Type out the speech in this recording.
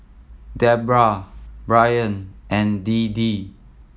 Debra Bryn and Deedee